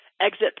exit